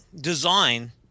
design